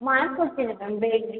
ಮಾಡ್ಕೊಡ್ತೀನಿ ಮ್ಯಾಮ್ಮ್ಯಾಮ್ ಬೇಗನೆ